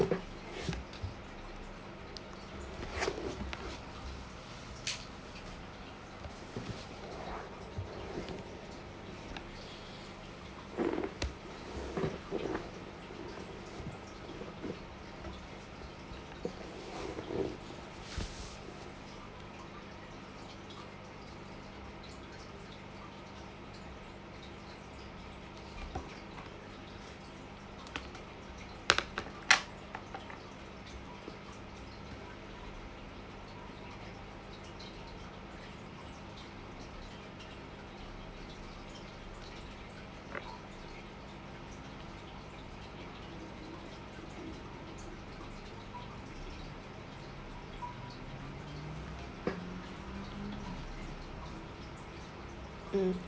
mm